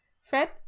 Fred